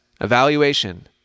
Evaluation